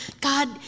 God